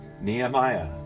Nehemiah